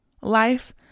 life